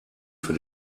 für